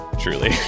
Truly